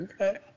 okay